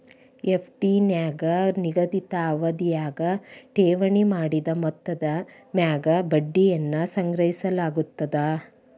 FD ನ್ಯಾಗ ನಿಗದಿತ ಅವಧ್ಯಾಗ ಠೇವಣಿ ಮಾಡಿದ ಮೊತ್ತದ ಮ್ಯಾಗ ಬಡ್ಡಿಯನ್ನ ಸಂಗ್ರಹಿಸಲಾಗ್ತದ